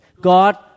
God